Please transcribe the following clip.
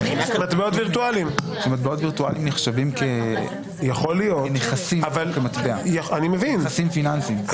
מטבעות וירטואליים נחשבים כנכסים פיננסיים.